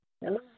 Hello